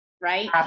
right